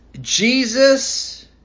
Jesus